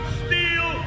steel